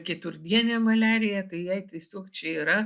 keturdienę maliariją tai jai tiesiog čia yra